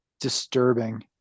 disturbing